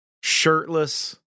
shirtless